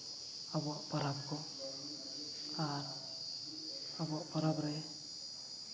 ᱟᱵᱚᱣᱟᱜ ᱯᱚᱨᱚᱵᱽ ᱠᱚ ᱟᱨ ᱟᱵᱚᱣᱟᱜ ᱯᱚᱨᱚᱵᱽ ᱨᱮ